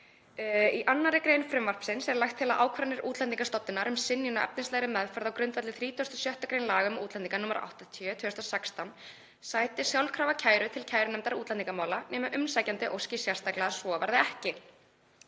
„Í 2. gr. frumvarpsins er lagt til að ákvarðanir Útlendingastofnunar um synjun á efnislegri meðferð á grundvelli 36. gr. laga um útlendinga nr. 80/2016 sæti sjálfkrafa kæru til kærunefndar útlendingamála nema umsækjandi óski sérstaklega að svo verði ekki.